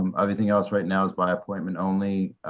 um everything else right now is by appointment only.